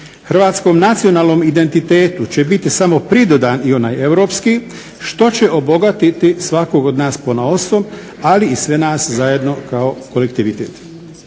Hrvatskom nacionalnom identitetu će biti samo pridodan i onaj europski što će obogatiti svakog od nas ponaosob, ali i sve nas zajedno kao kolektivitet.